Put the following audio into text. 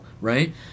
right